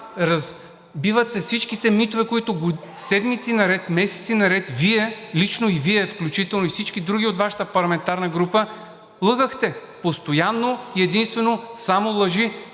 разбиват се всичките митове, които седмици наред, месеци наред Вие лично и Вие включително, и всички други от Вашата парламентарна група, лъгахте, постоянно и единствено само лъжи.